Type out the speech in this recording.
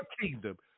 kingdom